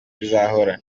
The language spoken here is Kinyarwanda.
bizahora